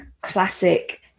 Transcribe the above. classic